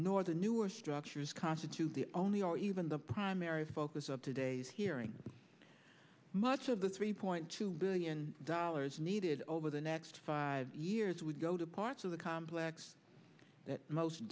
nor the newer structures constitute the only or even the primary focus of today's hearing much of the three point two billion dollars needed over the next five years would go to parts of the complex that most